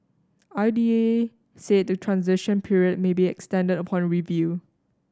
I D A said the transition period may be extended upon review